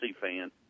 fan